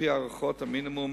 על-פי הערכת המינימום,